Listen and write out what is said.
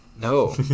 No